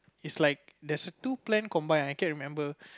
is like there's a two plan combined I can't remember